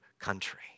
country